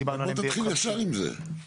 בוא תתחיל ישר עם זה.